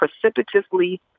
precipitously